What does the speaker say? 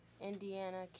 Indiana